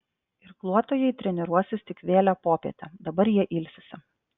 irkluotojai treniruosis tik vėlią popietę dabar jie ilsisi